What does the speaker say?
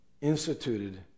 instituted